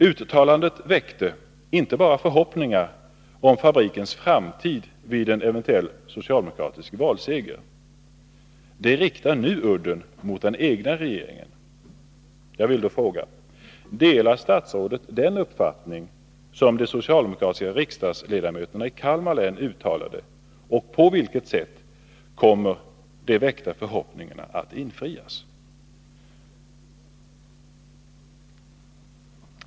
Uttalandet väckte förhoppningar om fabrikens framtid vid en eventuell socialdemokratisk valseger, men udden i det riktas nu mot den egna regeringen. Jag vill därför fråga: Delar statsrådet den uppfattning som de socialdemokratiska riksdagsledamöterna i Kalmar län uttalade? På vilket sätt kommer de väckta förhoppningarna att infrias?